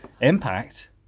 impact